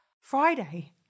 Friday